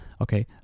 Okay